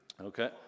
okay